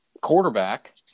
quarterback